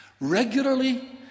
Regularly